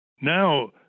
Now